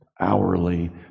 hourly